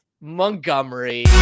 Montgomery